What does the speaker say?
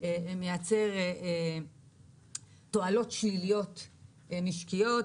מייצר תועלות שליליות משקיות,